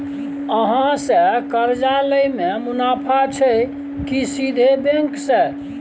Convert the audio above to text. अहाँ से कर्जा लय में मुनाफा छै की सीधे बैंक से?